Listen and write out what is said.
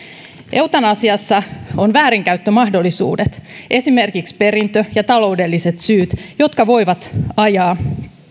eutanasiassa on väärinkäyttömahdollisuudet esimerkiksi perintö ja taloudelliset syyt jotka voivat ajaa